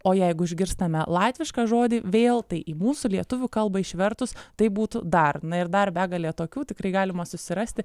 o jeigu išgirstame latvišką žodį vėl tai į mūsų lietuvių kalbą išvertus tai būtų dar na ir dar begalė tokių tikrai galima susirasti